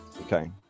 Okay